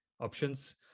options